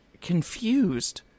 Confused